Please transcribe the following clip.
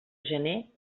gener